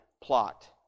plot